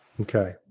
Okay